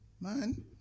Man